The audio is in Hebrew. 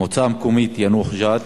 המועצה המקומית יאנוח-ג'ת